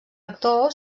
actor